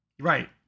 Right